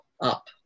up